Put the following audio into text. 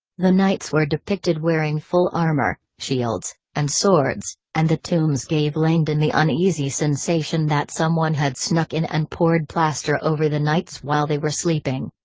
the knights were depicted wearing full armor, shields, and swords, and the tombs gave langdon the uneasy sensation that someone had snuck in and poured plaster over the knights while they were sleeping.